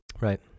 Right